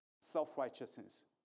self-righteousness